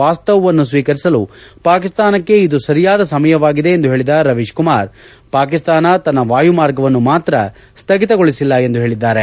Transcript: ವಾಸ್ತವವನ್ನು ಸ್ವೀಕರಿಸಲು ಪಾಕಿಸ್ತಾನಕ್ಕೆ ಇದು ಸರಿಯಾದ ಸಮಯವಾಗಿದೆ ಎಂದು ಹೇಳಿದ ರವೀಶ್ ಕುಮಾರ್ ಪಾಕಿಸ್ತಾನ ತನ್ನ ವಾಯುಮಾರ್ಗವನ್ನು ಮಾತ್ರ ಸ್ಹಗಿತಗೊಳಿಸಿಲ್ಲ ಎಂದು ಹೇಳಿದ್ದಾರೆ